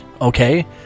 okay